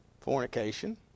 fornication